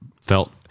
felt